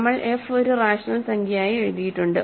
നമ്മൾ f ഒരു rational സംഖ്യയായി എഴുതിയിട്ടുണ്ട്